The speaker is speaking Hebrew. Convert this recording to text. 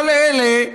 כל אלה,